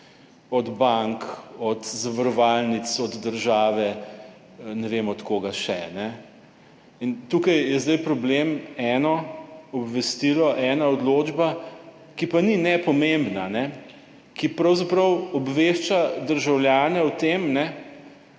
od bank, od zavarovalnic, od države, ne vem od koga še ne. In tukaj je zdaj problem eno obvestilo, ena odločba, ki pa ni nepomembna, ki pravzaprav obvešča državljane o tem,